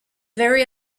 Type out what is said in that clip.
very